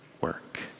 work